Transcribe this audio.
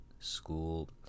school